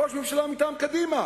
ראש הממשלה מטעם קדימה,